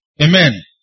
Amen